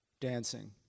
dancing